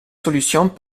solutions